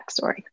backstory